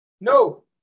No